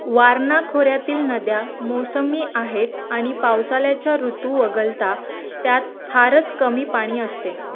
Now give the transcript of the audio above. वारणा खोर्यातील नद्या मौसमी आहेत आणि पावसाळ्याचा ऋतू वगळता त्यात फारच कमी पाणी असते